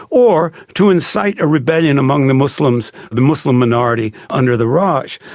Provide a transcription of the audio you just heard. or to incite a rebellion among the muslim so the muslim minority under the raj.